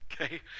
Okay